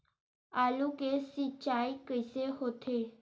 आलू के सिंचाई कइसे होथे?